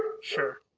Sure